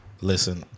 Listen